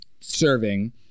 serving